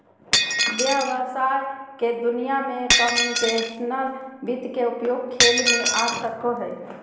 व्हवसाय के दुनिया में कंप्यूटेशनल वित्त के उपयोग खेल में आ सको हइ